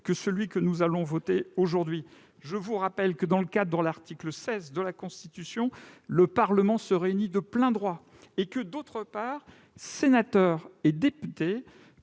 que ce que nous allons voter aujourd'hui. Je vous rappelle par exemple que, dans le cadre de l'article 16 de la Constitution, le Parlement se réunit de plein droit. Par ailleurs, sénateurs et députés